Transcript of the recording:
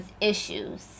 issues